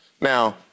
Now